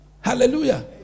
Hallelujah